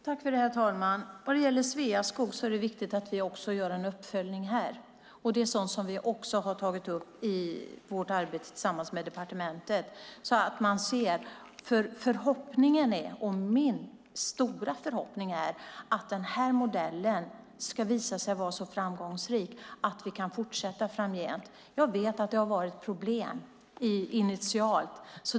Herr talman! Det är viktigt att vi gör en uppföljning av Sveaskog. Det är sådant vi har tagit upp i vårt arbete tillsammans med departementet. Min stora förhoppning är att modellen ska visa sig så framgångsrik att vi kan fortsätta framgent. Jag vet att det har varit initiala problem.